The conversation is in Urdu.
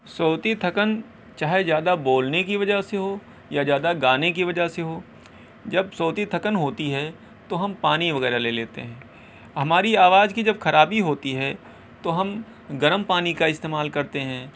صوتی تھکن چاہے زیادہ بولنے کی وجہ سے ہو یا زیادہ گانے کی وجہ سے ہو جب صوتی تھکن ہوتی ہے تو ہم پانی وغیرہ لے لیتے ہیں ہماری آواز کی جب خرابی ہوتی ہے تو ہم گرم پانی کا استعمال کرتے ہیں